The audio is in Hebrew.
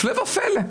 הפלא ופלא.